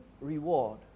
reward